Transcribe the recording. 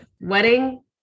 wedding